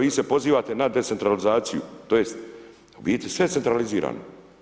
Vi se pozivate na decentralizaciju, tj. u biti sve je centralizirano.